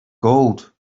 gold